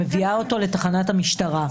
מביאה אותו לתחנת המשטרה,